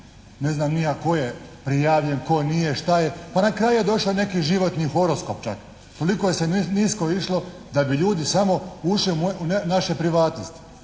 ne znam ni ja tko je prijavljen, tko nije, šta je. Pa na kraju je došao i neki životni horoskop čak. Toliko se nisko išlo da bi ljudi samo ušli u naše privatnosti.